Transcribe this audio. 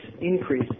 increase